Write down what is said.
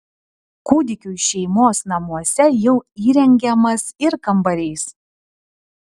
kūdikiui šeimos namuose jau įrengiamas ir kambarys